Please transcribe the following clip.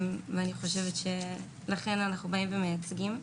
ולכן אנחנו באים ומייצגים.